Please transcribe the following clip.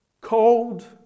cold